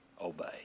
obey